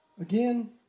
Again